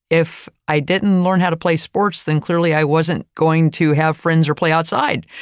if i didn't learn how to play sports, then clearly, i wasn't going to have friends or play outside.